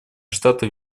штатов